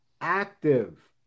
active